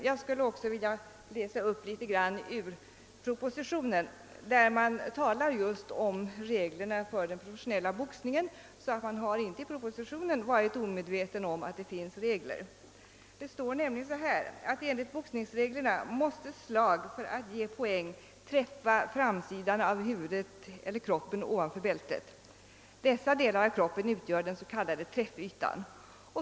Jag skulle också vilja göra några citat, nämligen ur propösitionen, där man just skrivit om reglerna för den professionella boxningen. Man har alltså inte vid propositionsskrivningen varit omedveten om att det finns regler. Det står: >Enligt boxningsreglerna måste slag för att ge poäng träffa framsidan av huvudet eller kroppen ovanför bältet. Dessa delar av kroppen utgör den s.k. träffytan.